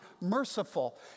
merciful